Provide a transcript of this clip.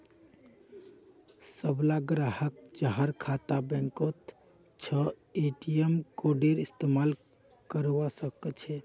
सबला ग्राहक जहार खाता बैंकत छ ए.टी.एम कार्डेर इस्तमाल करवा सके छे